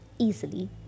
easily